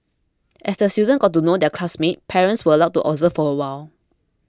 as the students got to know their classmates parents were allowed to observe for a while